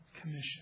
commission